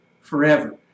forever